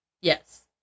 Yes